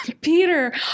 Peter